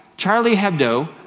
charlie hebdo,